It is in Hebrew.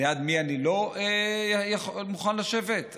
ליד מי אני לא מוכן לשבת?